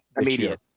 immediate